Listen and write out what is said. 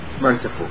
merciful